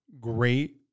great